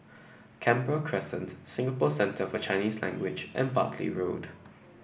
Canberra Crescent Singapore Centre For Chinese Language and Bartley Road